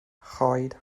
choed